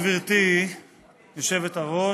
גברתי היושבת-ראש,